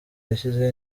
yashyize